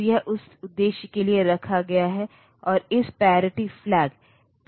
और यह pin number 19 इस पिन नंबर 12 तो वे वास्तव में अन्य बिट्स हैं